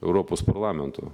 europos parlamento